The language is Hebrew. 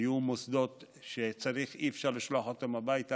היו מוסדות שלא היה אפשר לשלוח מהם הביתה,